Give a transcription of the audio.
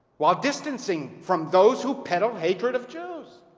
while distancing from those who peddle hatred of jews.